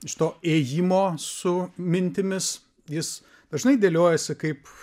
iš to ėjimo su mintimis jis dažnai dėliojasi kaip